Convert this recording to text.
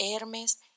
Hermes